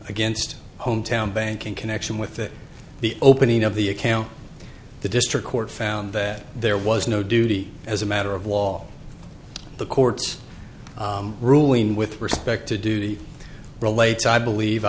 against hometown bank in connection with the opening of the account the district court found that there was no duty as a matter of law the court's ruling with respect to duty relates i believe